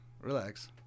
Relax